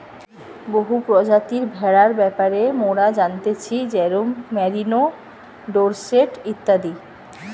বহু প্রজাতির ভেড়ার ব্যাপারে মোরা জানতেছি যেরোম মেরিনো, ডোরসেট ইত্যাদি